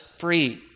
free